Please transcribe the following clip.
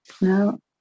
No